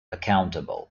accountable